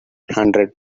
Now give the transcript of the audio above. hundred